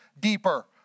deeper